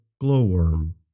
Glowworm